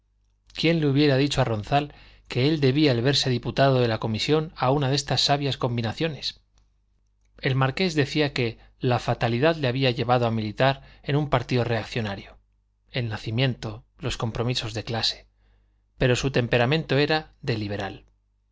quién le hubiera dicho a ronzal que él debía el verse diputado de la comisión a una de estas sabias combinaciones el marqués decía que la fatalidad le había llevado a militar en un partido reaccionario el nacimiento los compromisos de clase pero su temperamento era de liberal